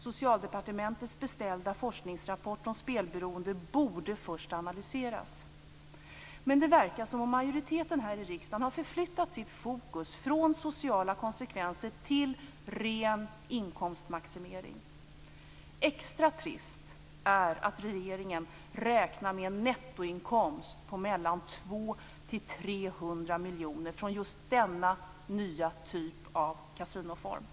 Socialdepartementets beställda forskningsrapport om spelberoende borde först analyseras. Men det verkar som om majoriteten här i riksdagen har förflyttat sitt fokus från sociala konsekvenser till ren inkomstmaximering. Extra trist är att regeringen räknar med en nettoinkomst på 200-300 miljoner från just denna nya typ av kasinoform.